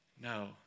No